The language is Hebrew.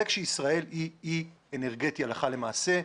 זה כאשר ישראל היא אי אנרגטי הלכה למעשה.